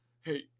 Hey